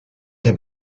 qué